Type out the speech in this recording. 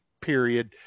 period